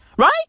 right